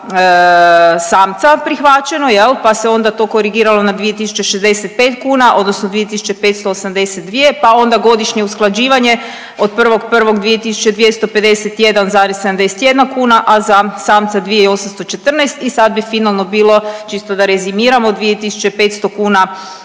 samca prihvaćeno jel pa se onda to korigirano na 2.065 kuna odnosno 2.582 pa onda godišnje usklađivanje od 1.1. 2.251,71 kuna, a za samca 2.814 i sad bi finalno bilo, čisto da rezimirano 2.500 kuna